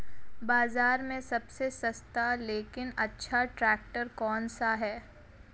बाज़ार में सबसे सस्ता लेकिन अच्छा ट्रैक्टर कौनसा है?